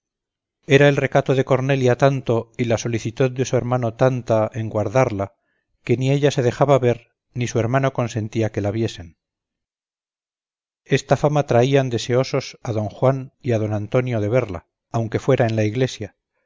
era el recato de cornelia tanto y la solicitud de su hermano tanta en guardarla que ni ella se dejaba ver ni su hermano consentia que la viesen esta fama traia deseosos a don juan y a don antonio de verla aunque fuera en la iglesia